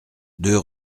deux